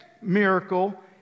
miracle